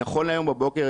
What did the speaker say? נכון להיום בבוקר,